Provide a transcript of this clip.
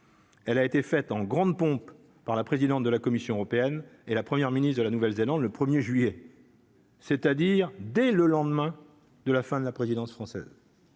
Elle a été faite en grande pompe par la présidente de la Commission européenne et la première ministre de la Nouvelle-Zélande le 1er juillet. C'est-à-dire dès le lendemain de la fin de la présidence française.